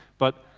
but